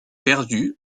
perdu